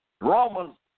Romans